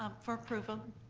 um for approval.